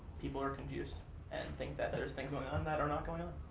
people are confused and think that there's things going on that are not going on.